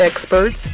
experts